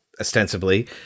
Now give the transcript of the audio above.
ostensibly